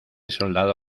soldado